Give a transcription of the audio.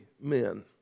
men